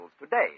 today